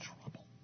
trouble